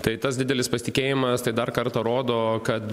tai tas didelis pasitikėjimas tai dar kartą rodo kad